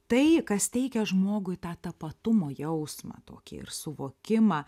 tai kas teikia žmogui tą tapatumo jausmą tokį ir suvokimą